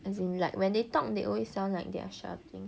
as in like when they talk they always sound like they're shouting